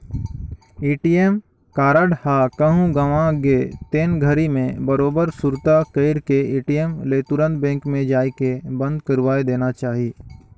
ATM card ह कहूँ गवा गे तेन घरी मे बरोबर सुरता कइर के ए.टी.एम ले तुंरत बेंक मे जायके बंद करवाये देना चाही